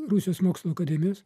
rusijos mokslų akademijos